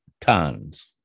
tons